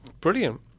brilliant